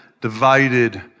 divided